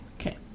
Okay